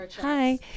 hi